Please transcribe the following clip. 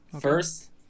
First